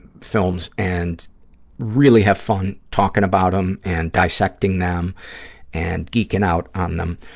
films and really have fun talking about them and dissecting them and geeking out on them.